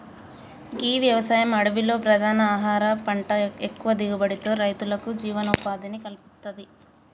గీ వ్యవసాయం అడవిలో ప్రధాన ఆహార పంట ఎక్కువ దిగుబడితో రైతులకు జీవనోపాధిని కల్పిత్తది